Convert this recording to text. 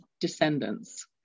descendants